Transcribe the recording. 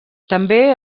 també